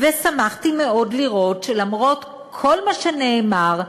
ושמחתי מאוד לראות שלמרות כל מה שנאמר,